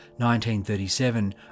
1937